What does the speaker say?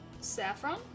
saffron